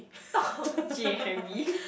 Tom and Jerry